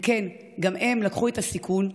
וכן, גם הם לקחו את הסיכון,